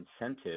incentive